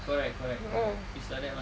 correct correct correct is like that one